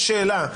יש שאלה,